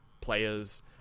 players